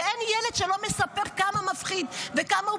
ואין ילד שלא מספר כמה מפחיד וכמה הוא